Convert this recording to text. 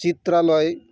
ᱪᱤᱛᱨᱟᱞᱚᱭ